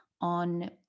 on